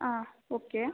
ಹಾಂ ಓಕೆ